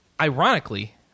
ironically